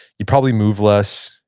you probably move less,